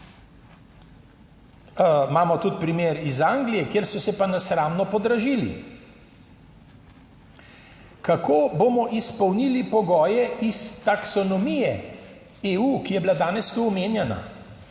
Imamo tudi primer iz Anglije, kjer so se pa nesramno podražili. Kako bomo izpolnili pogoje iz taksonomije EU, ki je bila danes tu omenjena?